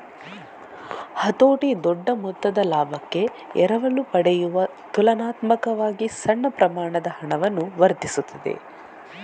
ಹತೋಟಿ ದೊಡ್ಡ ಮೊತ್ತದ ಲಾಭಕ್ಕೆ ಎರವಲು ಪಡೆಯುವ ತುಲನಾತ್ಮಕವಾಗಿ ಸಣ್ಣ ಪ್ರಮಾಣದ ಹಣವನ್ನು ವರ್ಧಿಸುತ್ತದೆ